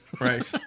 Right